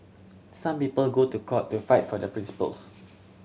some people go to court to fight for their principles